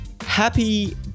happy